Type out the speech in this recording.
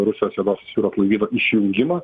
rusijos juodosios jūros laivyno išjungimą